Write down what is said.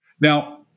Now